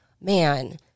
man